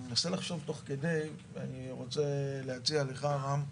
אני רוצה להציע לך היושב-ראש,